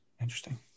Interesting